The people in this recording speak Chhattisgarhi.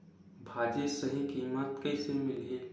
भाजी सही कीमत कइसे मिलही?